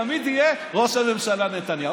תמיד יהיה ראש הממשלה נתניהו.